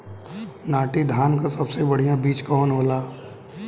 नाटी धान क सबसे बढ़िया बीज कवन होला?